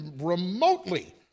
remotely